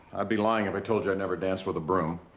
i'd be lying if i told you i never danced with a broom.